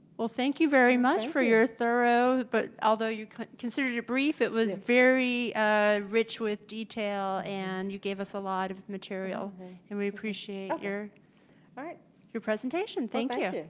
well, thank you very much for your thorough but although you considered it brief it was very rich with detail and you gave us a lot of material and we appreciate your but your presentation. thank you.